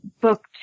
book